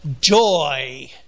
joy